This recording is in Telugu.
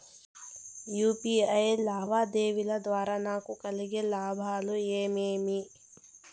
యు.పి.ఐ లావాదేవీల ద్వారా నాకు కలిగే లాభాలు ఏమేమీ?